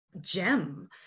gem